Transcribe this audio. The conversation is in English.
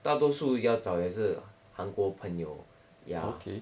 大多数要找也是韩国朋友 ya